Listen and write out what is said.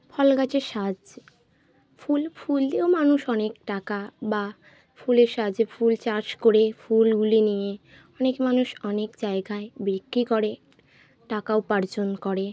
ফল গাছের সাহায্যে ফুল ফুল দিয়েও মানুষ অনেক টাকা বা ফুলের সাহায্যে ফুল চাষ করে ফুলগুলি নিয়ে অনেক মানুষ অনেক জায়গায় বিক্রি করে টাকা উপার্জন করে